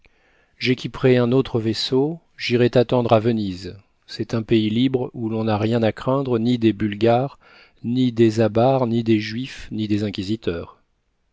j'équiperai un autre vaisseau j'irai t'attendre à venise c'est un pays libre où l'on n'a rien à craindre ni des bulgares ni des abares ni des juifs ni des inquisiteurs